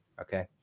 okay